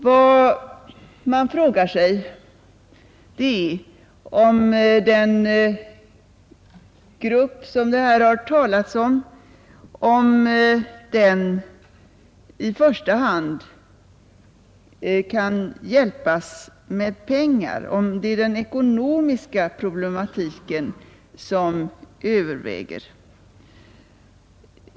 Vad man frågar sig är vidare om den grupp som det här har talats om i första hand kan hjälpas med pengar, dvs. om det är den ekonomiska problematiken som överväger.